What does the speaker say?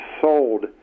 sold